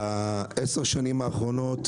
עשר השנים האחרונות